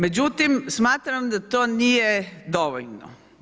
Međutim smatram da to nije dovoljno.